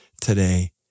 today